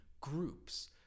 groups